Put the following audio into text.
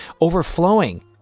Overflowing